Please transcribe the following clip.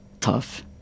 tough